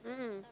mmhmm